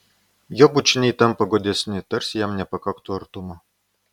jo bučiniai tampa godesni tarsi jam nepakaktų artumo